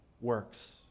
works